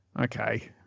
okay